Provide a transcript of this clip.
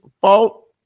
fault